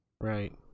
Right